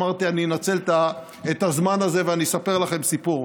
אמרתי שאני אנצל את הזמן הזה ואני אספר לכם סיפור.